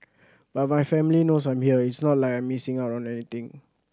but my family knows I'm here it's not like I'm missing or anything